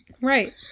Right